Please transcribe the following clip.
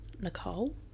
Nicole